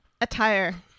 attire